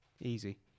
easy